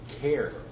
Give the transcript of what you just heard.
care